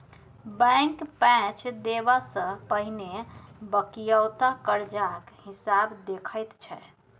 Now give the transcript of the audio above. bank पैंच देबा सँ पहिने बकिऔता करजाक हिसाब देखैत छै